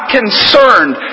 concerned